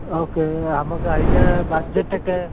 okay നമുക്ക് അതിൻ്റെ ബഡ്ജറ്റൊക്കെ